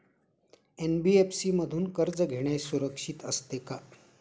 NBFC मधून कर्ज घेणे सुरक्षित असते का?